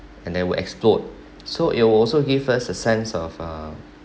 and then will explode so it will also give us a sense of uh